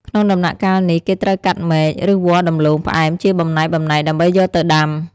ក្នុងដំណាក់កាលនេះ គេត្រូវកាត់មែក ឬវល្លិ៍ដំឡូងផ្អែមជាបំណែកៗ ដើម្បីយកទៅដាំ។